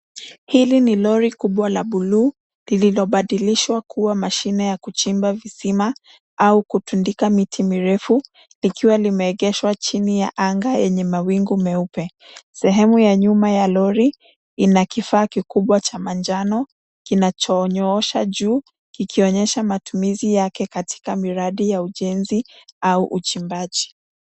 Hili ni lori kubwa la buluu lililobadilishwa kuwa mashine ya kuchimba visima au kutundika miti mirefu likiwa limeegeshwa chini ya anga yenye mawingu meupe. Sehemu ya nyuma ya lori ina kifaa kikubwa cha manjano kinachonyoosha juu kikionyesha matumizi yake katika miradi ya ujenzi au uchimbaji.